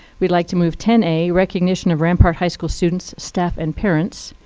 we'd like to move ten a, recognition of rampart high school students, staff, and parents.